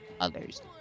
others